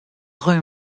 rue